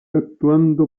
actuando